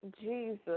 Jesus